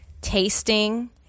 tasting